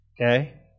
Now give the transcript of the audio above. Okay